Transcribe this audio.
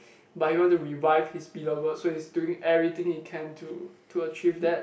but he want to revive his beloved so he's doing everything he can to to achieve that